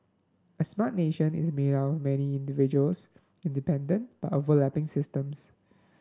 a Smart Nation is made up many individuals independent but overlapping systems